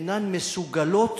אינן מסוגלות